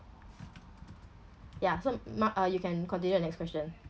ya so m~ you can continue the next question